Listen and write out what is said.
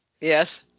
yes